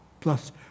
Plus